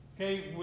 okay